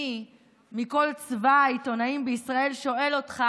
מי מכל צבא העיתונאים בישראל שואל אותך